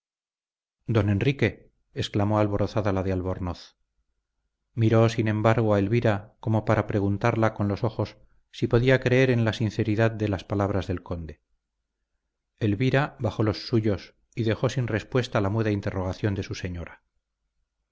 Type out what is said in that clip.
don enrique exclamó alborozada la de albornoz miró sin embargo a elvira como para preguntarla con los ojos si podría creer en la sinceridad de las palabras del conde elvira bajó los suyos y dejó sin respuesta la muda interrogación de su señora